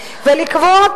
ומתלוננים.